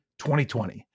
2020